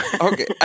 Okay